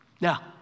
Now